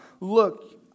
Look